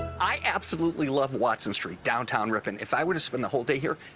i absolutely love watson street, downtown ripon. if i were to spend the whole day here,